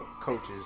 coaches –